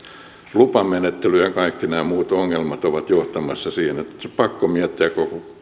lupamenettely ja kaikki nämä muut ongelmat ovat johtamassa siihen että on pakko miettiä